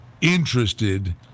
interested